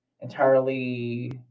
entirely